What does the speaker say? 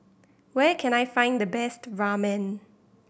where can I find the best Ramen